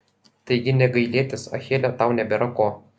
taigi nė gailėtis achile tau nebėra ko